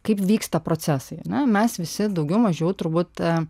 kaip vyksta procesai ane mes visi daugiau mažiau turbūt